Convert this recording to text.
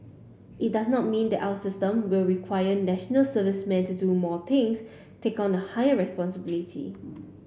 it does not mean that our systems will require National Servicemen to do more things take on a higher responsibility